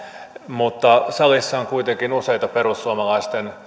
mutta kun salissa on kuitenkin useita perussuomalaisten